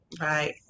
Right